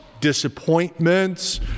disappointments